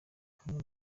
hamwe